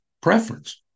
Preference